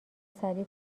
سریع